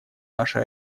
наши